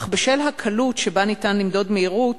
אך בשל הקלות שבה ניתן למדוד מהירות,